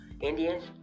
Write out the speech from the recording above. Indians